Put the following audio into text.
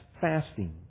fasting